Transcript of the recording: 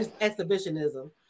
Exhibitionism